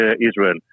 Israel